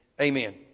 Amen